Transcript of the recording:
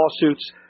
lawsuits